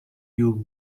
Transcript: you